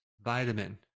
vitamin